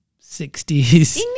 60s